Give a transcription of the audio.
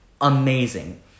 amazing